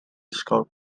scout